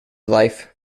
life